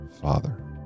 Father